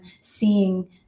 seeing